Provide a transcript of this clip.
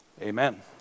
Amen